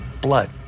blood